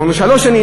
אמרנו שלוש שנים,